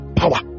power